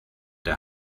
der